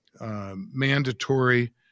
mandatory